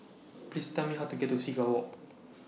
Please Tell Me How to get to Seagull Walk